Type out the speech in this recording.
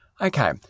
Okay